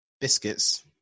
Biscuits